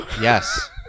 yes